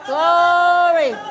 Glory